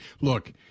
Look